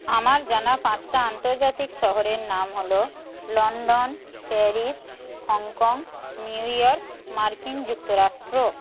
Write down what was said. আমার জানা পাঁচটা আন্তর্জাতিক শহরের নাম হল London Paris Hong Kong New York মার্কিন যুক্তরাষ্ট্র